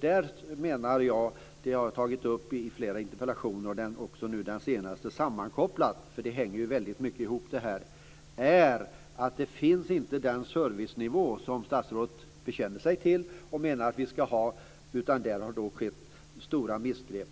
Det jag har tagit upp i flera interpellationer och även nu i den senaste sammankopplat - för det hänger ju ihop - är att det inte finns den servicenivå som statsrådet bekänner sig till och menar att vi ska ha. Det har skett stora missgrepp.